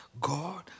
God